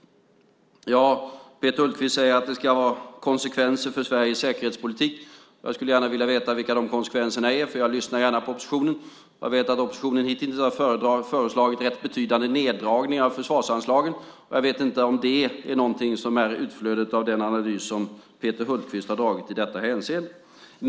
Peter Hultqvist säger att det ska vara konsekvenser för Sveriges säkerhetspolitik. Jag skulle gärna vilja veta vilka dessa konsekvenser är eftersom jag gärna lyssnar på oppositionen. Jag vet att oppositionen hitintills har föreslagit en betydande neddragning av försvarsanslagen, och jag vet inte om det är någonting som är utflödet av den analys som Peter Hultqvist har dragit i detta hänseende.